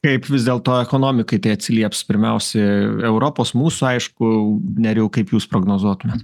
kaip vis dėlto ekonomikai tai atsilieps pirmiausiai europos mūsų aišku nerijau kaip jūs prognozuotumėt